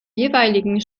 jeweiligen